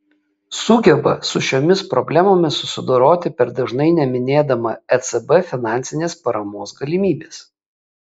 sugeba su šiomis problemomis susidoroti per dažnai neminėdama ecb finansinės paramos galimybės